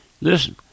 listen